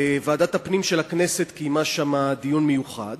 וועדת הפנים של הכנסת קיימה שם דיון מיוחד